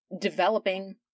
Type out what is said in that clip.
developing